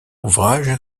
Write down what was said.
ouvrages